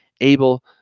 able